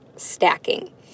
stacking